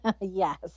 Yes